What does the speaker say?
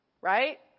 Right